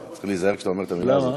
תיזהר כשאתה אומר את המילה הזאת.